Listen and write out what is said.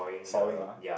sawing ah